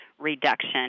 reduction